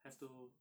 have to